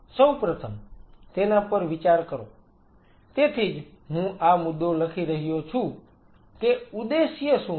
સૌ પ્રથમ તેના પર વિચાર કરો તેથી જ હું આ મુદ્દો લખી રહ્યો છું કે ઉદ્દેશ્ય શું છે